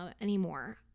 anymore